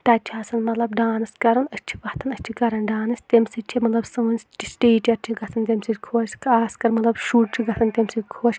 تَتہِ چھِ آسَان مطلب ڈانٕس کَرَان أسۍ چھِ وۄتھَان أسۍ چھِ کَرَان ڈانٕس تمہِ سۭتۍ چھِ مطلب سون ٹیٖچَر چھُ گژھان تمہِ سۭتۍ خۄش خاص کَر مطلب شُرۍ چھُ گژھان تمہِ سۭتۍ خۄش